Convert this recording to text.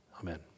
amen